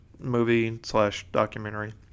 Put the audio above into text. movie-slash-documentary